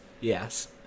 Yes